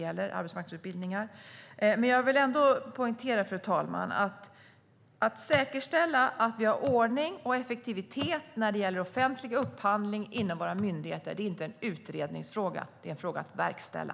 Men jag vill ändå poängtera, fru talman, att när det gäller att säkerställa att vi har ordning och effektivitet i offentlig upphandling inom våra myndigheter är det inte en utredningsfråga utan en fråga om att verkställa.